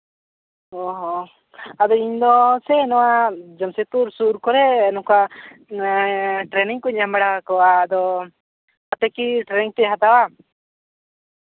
ᱚᱸᱻ ᱦᱚᱸ ᱟᱫᱚ ᱤᱧᱫᱚ ᱥᱮ ᱱᱚᱣᱟ ᱡᱟᱢᱥᱮᱫᱽᱯᱩᱨ ᱥᱩᱨ ᱠᱚᱨᱮ ᱱᱚᱝᱠᱟ ᱴᱨᱮᱱᱤᱝ ᱠᱚᱧ ᱮᱢ ᱵᱟᱲᱟᱣ ᱠᱚᱣᱟ ᱟᱫᱚ ᱟᱯᱮ ᱠᱤ ᱴᱨᱮᱱᱤᱝ ᱯᱮ ᱦᱟᱛᱟᱣᱟ